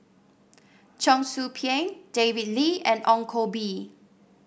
Cheong Soo Pieng David Lee and Ong Koh Bee